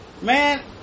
Man